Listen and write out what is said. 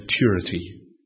maturity